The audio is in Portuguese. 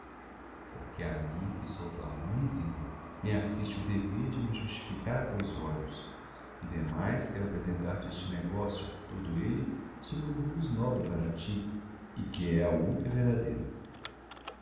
porque a mim que sou tua mãe zina me assiste o dever de me justificar a teus olhos e demais quero apresentar-te este negocio todo elle sob uma luz nova para ti e que é a unica verdadeira